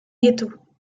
ghetto